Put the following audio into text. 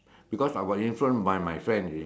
because I was influenced by my friend you see